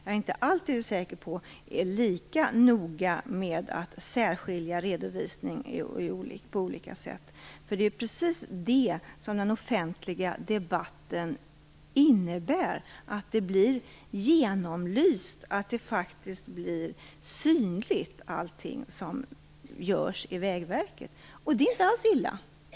Jag är inte alltid säker på att de är lika noga med att särskilja sin redovisning. Det är detta som den offentliga debatten innebär, att allting som görs inom Vägverket blir genomlyst och synligt. Det är inte alls illa.